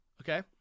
Okay